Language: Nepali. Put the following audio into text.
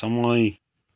समय